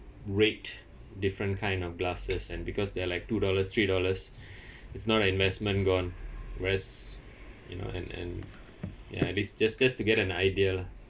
rate different kind of glasses and because they are like two dollars three dollars it's not an investment gone whereas you know and and ya this just just to get an idea lah